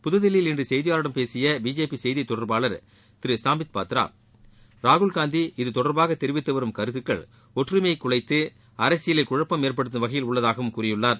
புதுதில்லியில் இன்று செய்தியாளர்களிடம் பேசிய பிஜேபி செய்தி தொடர்பாளர் திரு சும்பித் பத்ரா ராகுல்காந்தி இதுதொடர்பாக தெரிவித்து வரும் கருத்துக்கள் ஒற்றுமையை குலைத்து அரசியலில் குழப்பம் ஏற்படுத்தும் வகையில் உள்ளதாகவும் கூறியுள்ளார்